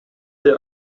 der